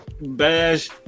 bash